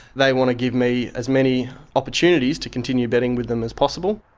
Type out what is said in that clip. they want to give me as many opportunities to continue betting with them as possible.